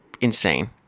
insane